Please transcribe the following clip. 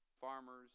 farmers